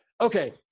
Okay